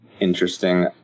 interesting